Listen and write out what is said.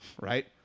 right